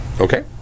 Okay